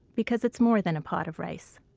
because it's more than a pot of rice